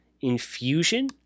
infusion